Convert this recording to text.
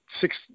six